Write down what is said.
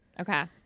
Okay